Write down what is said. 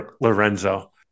Lorenzo